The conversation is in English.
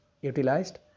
utilized